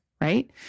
Right